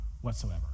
whatsoever